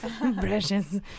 precious